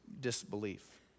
disbelief